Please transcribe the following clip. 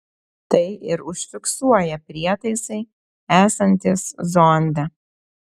tai ir užfiksuoja prietaisai esantys zonde